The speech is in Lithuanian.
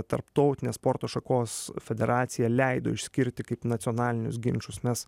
tarptautinė sporto šakos federacija leido išskirti kaip nacionalinius ginčus mes